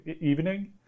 evening